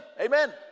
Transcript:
Amen